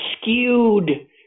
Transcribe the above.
skewed